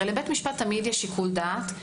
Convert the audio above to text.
הרי לבית משפט תמיד יש שיקול דעת,